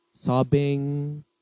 Sobbing